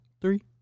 Three